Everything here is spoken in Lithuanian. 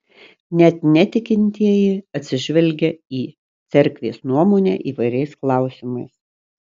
net netikintieji atsižvelgia į cerkvės nuomonę įvairiais klausimais